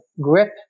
Grip